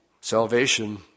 Salvation